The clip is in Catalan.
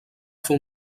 fer